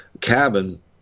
cabin